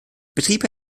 betrieb